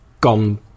gone